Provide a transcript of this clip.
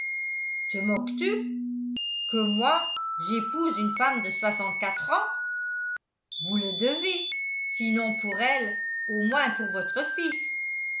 te moques-tu que moi j'épouse une femme de soixantequatre ans vous le devez sinon pour elle au moins pour votre fils